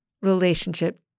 relationship